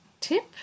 tip